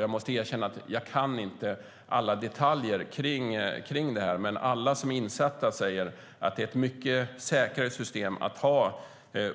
Jag måste erkänna att jag inte kan alla detaljer kring det här, men alla som är insatta säger att det är mycket säkrare att ha